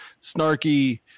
snarky